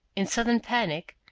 in sudden panic,